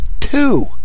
two